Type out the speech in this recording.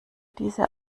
diese